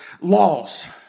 laws